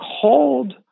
called